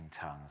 tongues